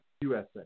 USA